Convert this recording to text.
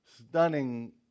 stunning